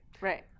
right